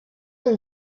amb